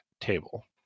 table